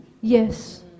Yes